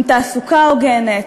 עם תעסוקה הוגנת,